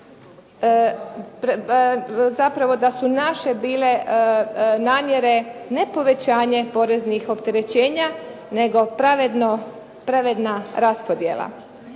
zapravo da su naše bile namjere ne povećanje poreznih opterećenja nego pravedna raspodjela.